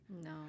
No